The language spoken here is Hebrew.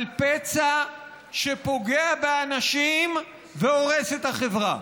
על פצע שפוגע באנשים והורס את החברה,